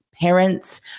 parents